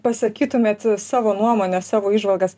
pasakytumėt savo nuomonę savo įžvalgas